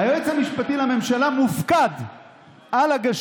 או-הו, בן אדם, דייקת, אוהבים למזער, לגמד, לגמד.